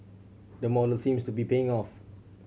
the model seems to be paying off